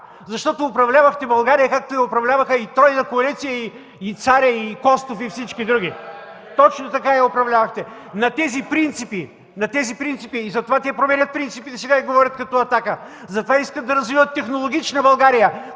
Защото управлявахте България, както я управляваха и тройната коалиция, и царя, и Костов, и всички други! (Шум и реплики от КБ и ГЕРБ.) Точно така я управлявахте! На тези принципи! Затова те променят принципите сега и говорят като „Атака”! Затова искат да развиват технологична България,